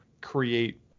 create